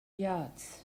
yards